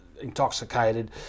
intoxicated